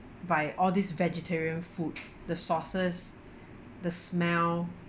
by all this vegetarian food the sauces the smell